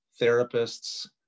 therapists